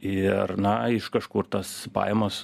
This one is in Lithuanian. ir na iš kažkur tos pajamos